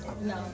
No